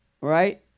right